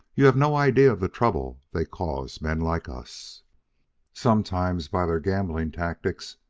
you have no idea of the trouble they cause men like us sometimes, by their gambling tactics,